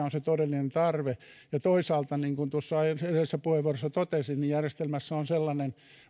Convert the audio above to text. on se todellinen tarve toisaalta niin kuin tuossa edellisessä puheenvuorossa totesin järjestelmässä on sellainen